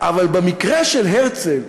אבל במקרה של הרצל,